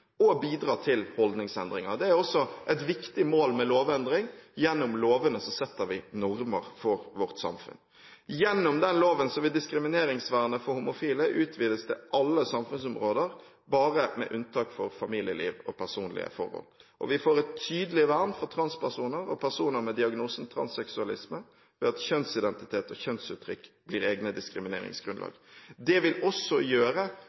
bidra til holdningsendringer. Det er også et viktig mål med lovendring – gjennom lovene setter vi normer for vårt samfunn. Gjennom den loven vil diskrimineringsvernet for homofile utvides til alle samfunnsområder, bare med unntak for familieliv og personlige forhold. Og vi får et tydelig vern for transpersoner og personer med diagnosen transseksualisme ved at kjønnsidentitet og kjønnsuttrykk blir egne diskrimineringsgrunnlag. Det vil også gjøre